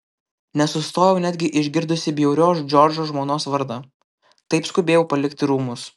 nesustojau netgi išgirdusi bjaurios džordžo žmonos vardą taip skubėjau palikti rūmus